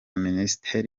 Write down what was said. minisiteri